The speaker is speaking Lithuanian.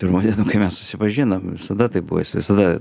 pirmų dienų kai mes susipažinom visada tai buvo jis visada